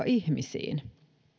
ihmisiin